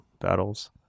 battles